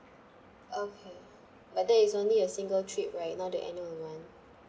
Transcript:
okay but that is only a single trip right not the annual one